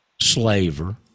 slaver